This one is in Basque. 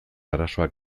arazoa